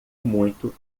muito